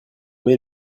met